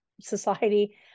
society